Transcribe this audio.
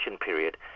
period